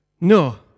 No